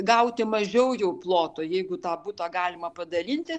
gauti mažiau jau ploto jeigu tą butą galima padalinti